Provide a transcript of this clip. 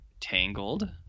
Tangled